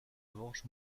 revanche